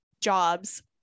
jobs